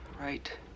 right